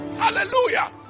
Hallelujah